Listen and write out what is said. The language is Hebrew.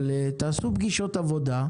תעשו פגישות עבודה,